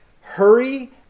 Hurry